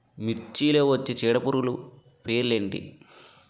మిర్చిలో వచ్చే చీడపురుగులు పేర్లు ఏమిటి?